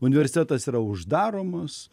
universitetas yra uždaromas